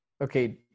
Okay